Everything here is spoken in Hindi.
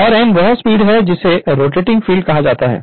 और n वह स्पीड है जिसे रोटेटिंग फील्ड कहा जाता है